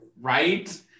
right